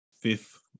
fifth